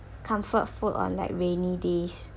comfort food on like rainy days